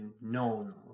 known